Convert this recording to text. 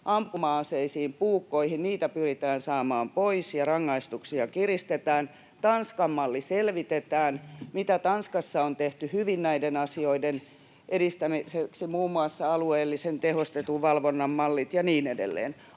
Ampuma-aseita, puukkoja pyritään saamaan pois ja rangaistuksia kiristetään. Tanskan-malli selvitetään, se mitä Tanskassa on tehty hyvin näiden asioiden edistämiseksi, muun muassa alueellisen tehostetun valvonnan mallit ja niin edelleen.